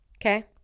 Okay